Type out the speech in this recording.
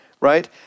right